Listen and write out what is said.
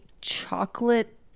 chocolate